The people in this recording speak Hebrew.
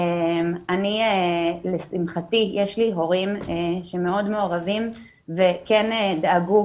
אני לשמחתי יש לי הורים שמאוד מעורבים וכן דאגו